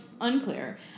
unclear